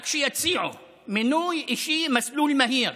רק שיציעו מינוי אישי במסלול מהיר.